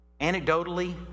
Anecdotally